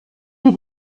dir